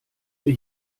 wir